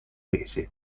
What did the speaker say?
rese